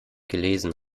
gelesen